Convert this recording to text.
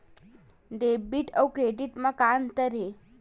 Debit अउ credit म का अंतर हे?